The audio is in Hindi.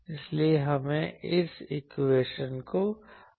इसलिए हमें इस इक्वेशन को हल करना होगा